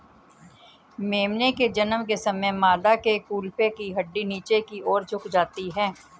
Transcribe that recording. मेमने के जन्म के समय मादा के कूल्हे की हड्डी नीचे की और झुक जाती है